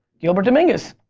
gilbert dominguez.